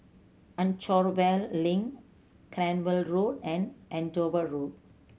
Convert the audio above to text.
Anchorvale Link Cranwell Road and Andover Road